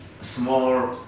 small